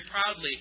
proudly